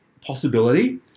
possibility